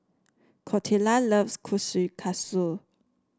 Clotilda loves Kushikatsu